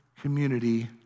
community